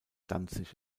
danzig